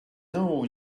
know